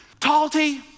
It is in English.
Talty